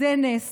זה נס